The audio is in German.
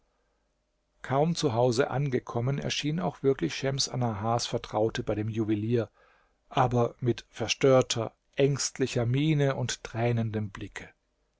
kaum zu hause angekommen erschien auch wirklich schems annahars vertraute bei dem juwelier aber mit verstörter ängstlicher miene und tränendem blicke